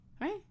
right